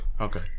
Okay